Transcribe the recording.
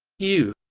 u